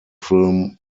film